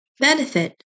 benefit